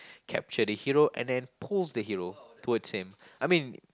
capture the hero and then pulls the hero towards him I mean